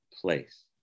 place